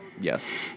yes